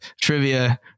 trivia